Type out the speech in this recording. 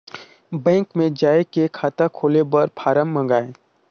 Bank मे जाय के खाता खोले बर फारम मंगाय?